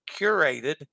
curated